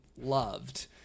loved